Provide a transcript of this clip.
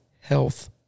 health